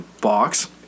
box